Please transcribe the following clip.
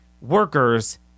workers